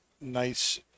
nice